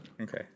okay